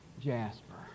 jasper